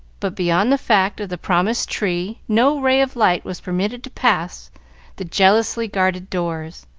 but beyond the fact of the promised tree no ray of light was permitted to pass the jealously guarded doors.